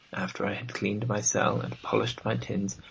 after i had cleaned my cell and polished my tins,